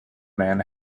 man